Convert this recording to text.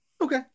Okay